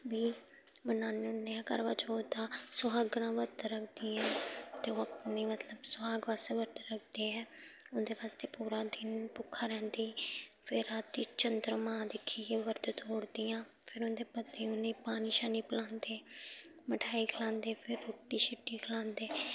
बी मनान्ने होन्ने आं करवाचौथ दा सुहागनां बर्त रखदियां ते ओह् अपने मतलब सुहाग बास्तै बर्त रखदियां उं'दे बास्तै पूरा दिन भुक्खा रैंह्दी फिर रातीं चंद्रमा दिक्खियै बर्त तोड़दियां फिर उं'दे पति उ'नें गी पानी शानी पलांदे मठाई खलांदे फिर रुट्टी शुट्टी खलांदे